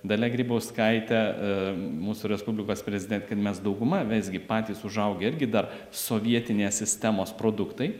dalia grybauskaite mūsų respublikos prezidente kad mes dauguma visgi patys užaugę irgi dar sovietinės sistemos produktai